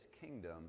kingdom